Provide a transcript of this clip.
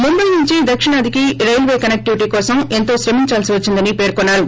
ముంబై నుంచి దక్షిణాధికి railway connectivity కోసం ఎంతో శ్రమిందాల్సి వచ్చిందని పేర్కొన్నారు